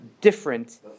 different